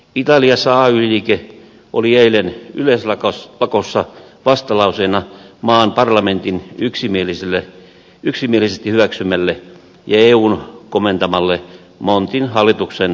italiassa ay liike oli eilen yleislakossa vastalauseena maan parlamentin yksimielisesti hyväksymälle ja eun komentamalle montin hallituksen leikkauspolitiikalle